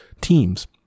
teams